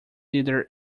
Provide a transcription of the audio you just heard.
either